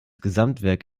gesamtwerk